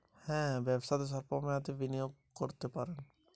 আমি কি ব্যবসাতে স্বল্প মেয়াদি বিনিয়োগ করতে পারি?